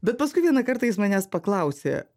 bet paskui vieną kartą jis manęs paklausė